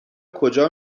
کجا